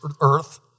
earth